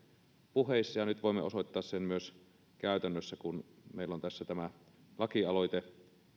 puheissa ja nyt voimme osoittaa sen myös käytännössä kun meillä on tässä tämä lakialoite